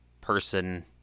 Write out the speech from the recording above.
person